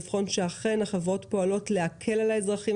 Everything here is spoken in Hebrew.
לבחון שאכן החברות פועלות להקל על האזרחים